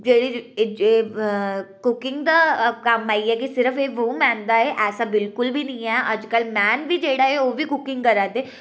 जेह्ड़ी जे जेह्ड़ा कुकिंग दा क'म्म आइया की सिर्फ एह् वूमेन दा ऐ ऐसा बिल्कुल बी नेईं ऐ अज्ज कल मैन बी जेह्ड़े ऐ ओह् बी कुकिंग करा दे